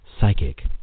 psychic